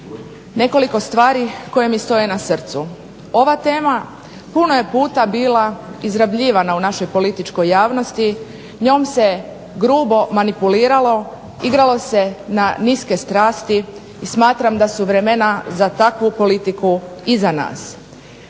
nekoliko stvari koje mi stoje na srcu. Ova je tema puno je puta bila izrabljivana u našoj političkoj javnosti, njom se grubo manipuliralo, igralo se na niske strasti i smatram da su vremena za takvu politiku iza nas.